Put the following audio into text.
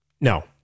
No